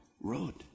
road